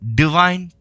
divine